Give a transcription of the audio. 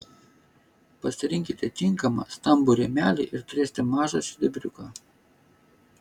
pasirinkite tinkamą stambų rėmelį ir turėsite mažą šedevriuką